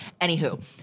Anywho